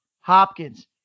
Hopkins